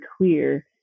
clear